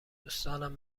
دوستانم